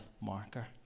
marker